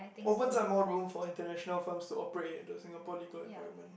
opens up more room for international firms to operate into Singapore legal environment